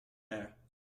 there